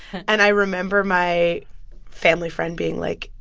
and i remember my family friend being like,